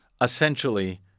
essentially